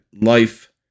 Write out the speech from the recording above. Life